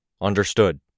Understood